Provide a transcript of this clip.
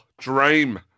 dream